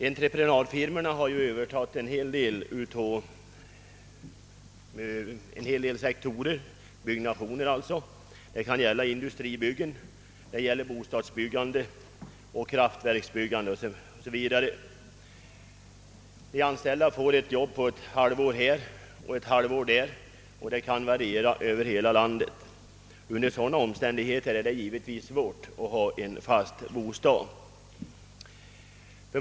Entreprenadfirmorna har övertagit en hel del sektorer inom byggnadsbranschen — det kan gälla industribyggen, bostadsbyggande eller kraftverksbyggande. De anställda får ett jobb på ett halvår här och ett halvår där, och arbetsplatserna är belägna över hela landet. Under sådana omständigheter är det givetvis svårt att ha en fast bostad.